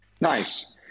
Nice